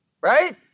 Right